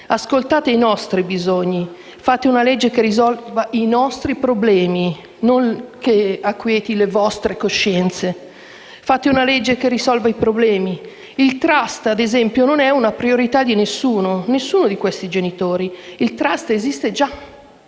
Ascoltate i nostri bisogni. Fate una legge che risolva i nostri problemi, non che acquieti le vostre coscienze. Fate una legge che risolva i problemi. Il *trust*, ad esempio, non è una priorità di nessuno. Nessuno di questi genitori. Il *trust* esiste già.